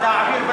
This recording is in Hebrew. השר מרידור,